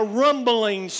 rumbling